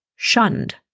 shunned